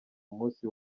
umunsi